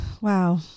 Wow